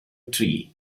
tree